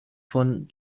von